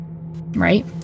Right